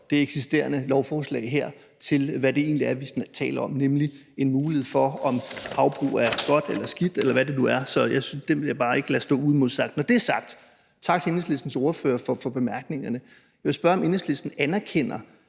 det eksisterende lovforslag her, med hensyn til hvad vi egentlig taler om, nemlig om havbrug er godt eller skidt, eller hvad det nu er. Så den vil jeg bare ikke lade stå uimodsagt. Når det er sagt: Tak til Enhedslistens ordfører for bemærkningerne. Jeg vil spørge, om Enhedslisten anerkender,